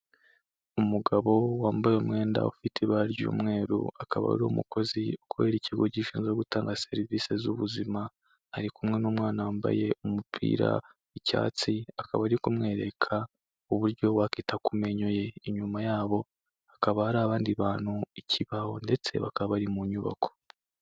Umugabo wambaye umwenda ufite ibara ry'umweru akaba ari umukozi ukorera ikigo gishinzwe gutanga serivisi z'ubuzima, ari kumwe n'umwana wambaye umupira w'icyatsi akaba ari kumwereka uburyo wakwita ku menyo ye. Inyuma yabo hakaba hari abandi bantu, ikibaho ndetse bakaba bari mu nyubako.